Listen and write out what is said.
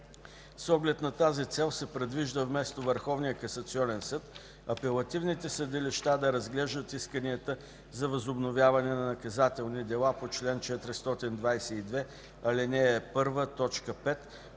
С оглед на тази цел се предвижда вместо Върховния касационен съд, апелативните съдилища да разглеждат исканията за възобновяване на наказателни дела по чл. 422, ал. 1,